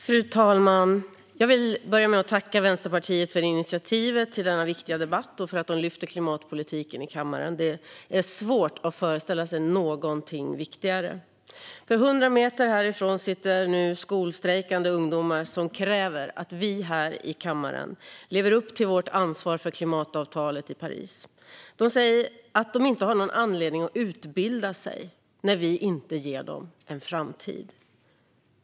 Fru talman! Jag vill börja med att tacka Vänsterpartiet för att man tog initiativet till denna viktiga debatt och lyfter fram klimatpolitiken i kammaren. Det är svårt att föreställa sig någonting viktigare, för 100 meter härifrån sitter nu skolstrejkande ungdomar som kräver att vi här i kammaren lever upp till vårt ansvar för klimatavtalet i Paris. De säger att de inte har någon anledning att utbilda sig när vi inte ger dem en framtid.